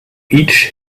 each